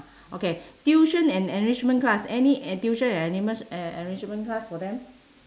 okay tuition and enrichment class any a~ tuition and enrichment and enrichment class for them